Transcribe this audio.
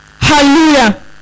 Hallelujah